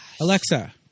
Alexa